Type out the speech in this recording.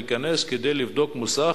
להיכנס כדי לבדוק מוסך,